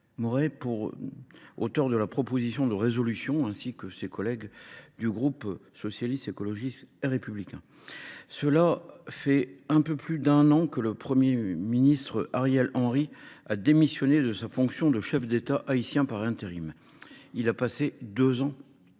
Mouret, auteure de cette proposition de résolution, ainsi que par ses collègues du groupe Socialiste, Écologiste et Républicain. Voilà maintenant un peu plus d’un an que le Premier ministre Ariel Henry a démissionné de sa fonction de chef de l’État haïtien par intérim, après avoir passé deux ans